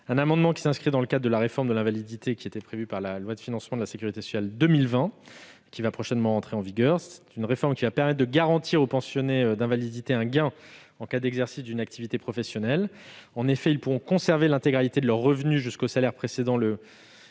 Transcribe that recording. Cet amendement s'inscrit dans le cadre de la réforme de l'invalidité, qui était prévue par la loi de financement de la sécurité sociale pour 2020, et qui va prochainement entrer en vigueur. Celle-ci permettra de garantir aux pensionnés d'invalidité un gain en cas d'exercice d'une activité professionnelle : ils pourront en effet conserver l'intégralité de leurs revenus jusqu'au salaire précédant le